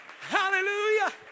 hallelujah